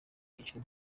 byiciro